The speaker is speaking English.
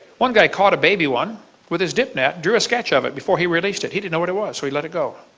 one guy caught a baby one with his dip net. he drew a sketch of it before he released it. he didn't know what it was, so he let it go.